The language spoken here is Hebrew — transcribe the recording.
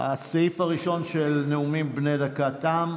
הסעיף הראשון, של נאומים בני דקה, תם.